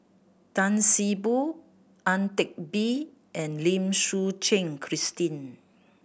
Tan See Boo Ang Teck Bee and Lim Suchen Christine